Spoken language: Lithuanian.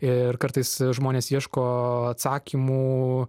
ir kartais žmonės ieško atsakymų